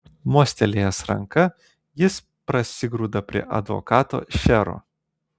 mostelėjęs ranka jis prasigrūda prie advokato šero